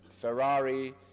Ferrari